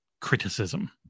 criticism